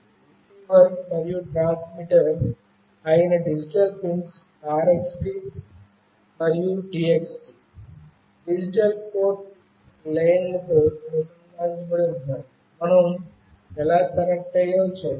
receiver మరియు transmitter అయిన digital pins RXD మరియు TXD డిజిటల్ పోర్ట్ లైన్లతో అనుసంధానించబడి ఉన్నాయి మనం ఎలా కనెక్ట్ అయ్యామో చూద్దాం